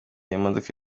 imodoka